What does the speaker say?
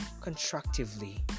constructively